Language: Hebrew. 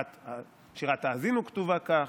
שירת האזינו כתובה כך,